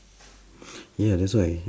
ya that's why